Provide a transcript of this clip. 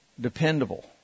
Dependable